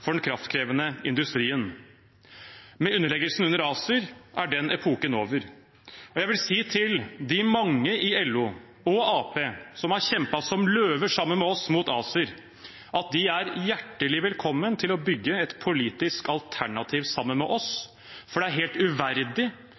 for den kraftkrevende industrien. Med underleggelsen under ACER er den epoken over. Jeg vil si til de mange i LO og Arbeiderpartiet som har kjempet som løver sammen med oss mot ACER, at de er hjertelig velkommen til å bygge et politisk alternativ sammen med oss, for det er helt uverdig